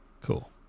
Cool